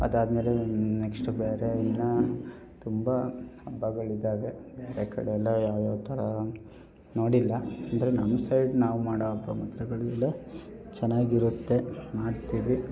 ಅದಾದ್ಮೇಲೆ ನೆಕ್ಸ್ಟ್ ಬೇರೆ ಇನ್ನೂ ತುಂಬ ಹಬ್ಬಗಳಿದ್ದಾವೆ ಬೇರೆ ಕಡೆ ಎಲ್ಲ ಯಾವ ಯಾವ ಥರ ನೋಡಿಲ್ಲ ಅಂದರೆ ನಮ್ಮ ಸೈಡ್ ನಾವು ಮಾಡೋ ಹಬ್ಬ ಮಾತ್ರಗಳು ಎಲ್ಲ ಚೆನ್ನಾಗಿರುತ್ತೆ ಮಾಡ್ತೀವಿ